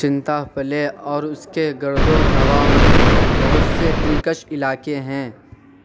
چنتا پلے اور اس کے گرد و نواح میں بہت سے دل کش علاقے ہیں